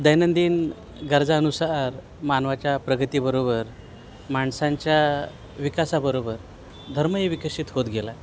दैनंदिन गरजानुसार मानवाच्या प्रगतीबरोबर माणसांच्या विकासाबरोबर धर्मही विकसित होत गेला